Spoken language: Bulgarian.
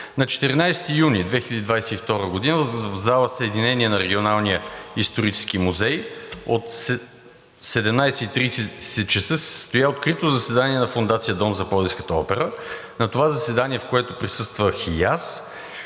На 14 юни 2022 г. в зала „Съединение“ на Регионалния исторически музей от 17,30 ч. се състоя открито заседание на Фондация „Дом за Пловдивската опера“. На това заседание, в което присъствах и аз,